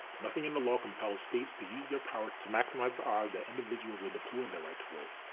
nothing in the law compels states to use their power to maximize our that individuals will deploy their right to vote.